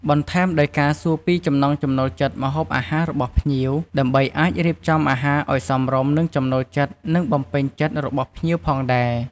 បន្ថែមដោយការសួរពីចំណង់ចំណូលចិត្តម្ហូបអាហាររបស់ភ្ញៀវ ដើម្បីអាចរៀបចំអាហារឱ្យសមរម្យនឹងចំណូលចិត្ត និងបំពេញចិត្តរបស់ភ្ញៀវផងដែរ។